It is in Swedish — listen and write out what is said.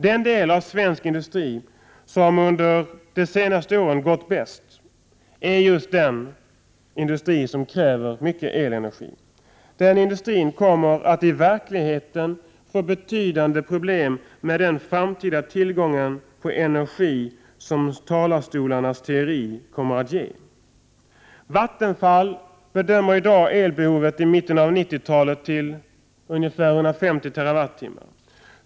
Den del av svensk industri som det under de senaste åren gått bäst för är just den industri som kräver mycket elenergi. Den industrin kommer i verkligheten att få betydande problem med den framtida tillgången på energi, som talarstolarnas teori kommer att ge. Vattenfall bedömer i dag elbehovet i mitten av 1990-talet till 150 TWh.